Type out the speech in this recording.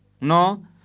No